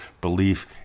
belief